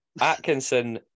Atkinson